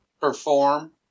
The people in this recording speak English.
perform